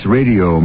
Radio